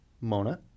Mona